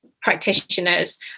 practitioners